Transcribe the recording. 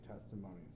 testimonies